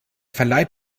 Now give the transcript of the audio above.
verleiht